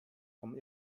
vom